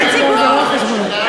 זה לא על חשבונך.